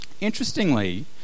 interestingly